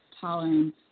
tolerance